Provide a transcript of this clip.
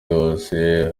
hose